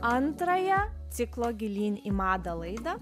antrąją ciklo gilyn į madą laidą